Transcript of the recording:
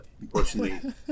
unfortunately